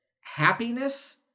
happiness